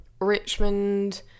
Richmond